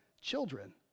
children